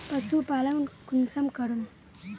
पशुपालन कुंसम करूम?